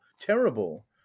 terrible